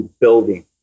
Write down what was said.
building